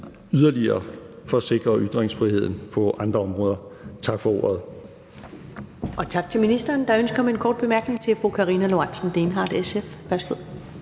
yderligere for at sikre ytringsfriheden på andre områder. Tak for ordet.